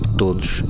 todos